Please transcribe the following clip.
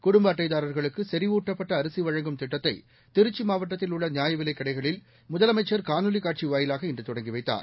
குடும்ப அட்டைதார்களுக்கு செறிவூட்டப்பட்ட அரிசி வழங்கும் திட்டத்தை திருச்சி மாவட்டத்தில் உள்ள நியாயவிலைக் கடைகளில் முதலமைச்சர் காணொலி காட்சி வாயிலாக இன்று தொடங்கி வைத்தார்